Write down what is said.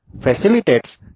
facilitates